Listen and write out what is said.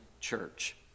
Church